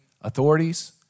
authorities